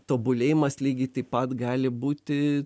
tobulėjimas lygiai taip pat gali būti